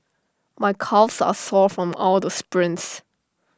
my calves are sore from all the sprints